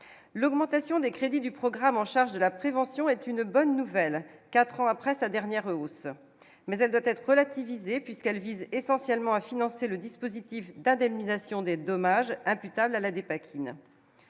grand tation des crédits du programme, en charge de la prévention est une bonne nouvelle, 4 ans après sa dernière hausse mais elle doit être relativisé puisqu'elles visent essentiellement à financer le dispositif d'indemnisation des dommages imputables à la dépakine